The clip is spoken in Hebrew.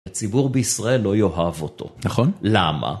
הציבור בישראל לא יאהב אותו. נכון. למה?